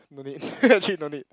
no need actually no need